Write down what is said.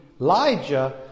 Elijah